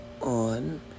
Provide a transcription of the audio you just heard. on